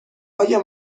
آیا